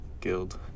guild